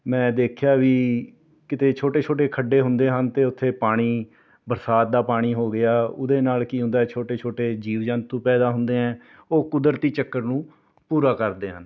ਮੈਂ ਦੇਖਿਆ ਵੀ ਕਿਤੇ ਛੋਟੇ ਛੋਟੇ ਖੱਡੇ ਹੁੰਦੇ ਹਨ ਅਤੇ ਉੱਥੇ ਪਾਣੀ ਬਰਸਾਤ ਦਾ ਪਾਣੀ ਹੋ ਗਿਆ ਉਹਦੇ ਨਾਲ ਕੀ ਹੁੰਦਾ ਹੈ ਛੋਟੇ ਛੋਟੇ ਜੀਵ ਜੰਤੂ ਪੈਦਾ ਹੁੰਦੇ ਹੈ ਉਹ ਕੁਦਰਤੀ ਚੱਕਰ ਨੂੰ ਪੂਰਾ ਕਰਦੇ ਹਨ